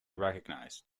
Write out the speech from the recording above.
recognized